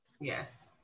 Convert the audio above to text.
Yes